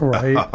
right